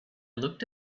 looked